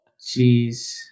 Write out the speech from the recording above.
Jeez